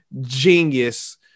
genius